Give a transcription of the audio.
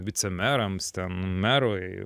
vicemerams ten merui